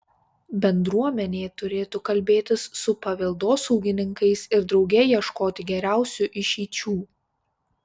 bendruomenė turėtų kalbėtis su paveldosaugininkais ir drauge ieškoti geriausių išeičių